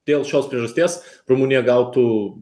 dėl šios priežasties rumunija gautų